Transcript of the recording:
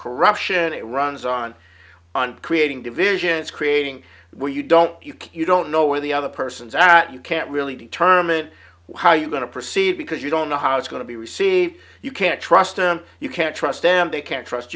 corruption it runs on on creating divisions creating where you don't you keep you don't know where the other person's that you can't really determine what how you're going to proceed because you don't know how it's going to be received you can't trust them you can't trust them they can't trust